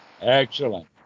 Excellent